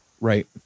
Right